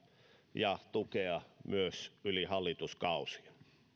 ja tukea myös yli hallituskausien